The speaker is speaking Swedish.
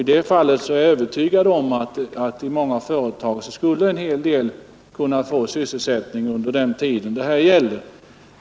I många företag skulle säkerligen en hel del av dess egna anställda kunna få syselsättning under den tid det här gäller.